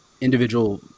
individual